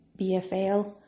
BFL